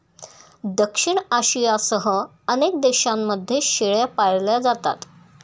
दक्षिण आशियासह अनेक देशांमध्ये शेळ्या पाळल्या जातात